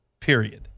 Period